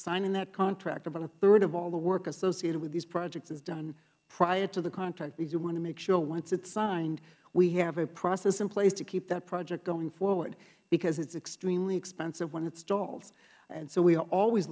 signing that contract about a third of all the work associated with these project is done prior to the contract we want to make sure once it's signed we have a process in place to keep that project going forward because it's extremely expensive when it stalls and so we are always